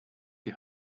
die